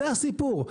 זה הסיפור.